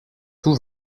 tout